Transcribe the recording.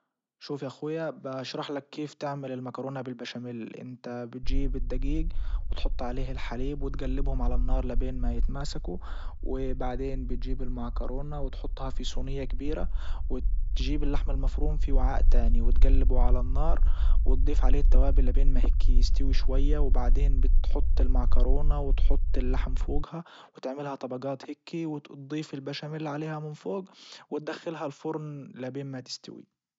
شوف يا اخويا باشرح لك كيف تعمل المكرونة بالبشاميل انت بتجيب الدجيج وتحط عليه الحليب وتجلبهم على النار لين ما يتماسكوا وبعدين بتجيب المعكرونة وتحطها في صينية كبيرة وتجيب اللحم المفروم في وعاء تاني وتجلبه على النار وتضيف عليه التوابل ما بين ما هيكي يستوي شوية وبعدين بتحط المعكرونة وتحط اللحم فوجها وتعملها طبقات هيكي وتضيف البشاميل عليها من فوج وتدخلها الفرن لبين ما تستوي.